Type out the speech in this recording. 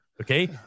Okay